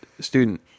student